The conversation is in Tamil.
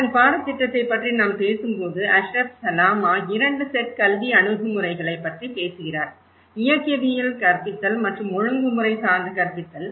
அதன் பாடத்திட்டத்தைப் பற்றி நாம் பேசும்போது அஷ்ரப் சலாமா 2 செட் கல்வி அணுகுமுறைகளைப் பற்றி பேசுகிறார் இயக்கவியல் கற்பித்தல் மற்றும் ஒழுங்குமுறை சார்ந்த கற்பித்தல்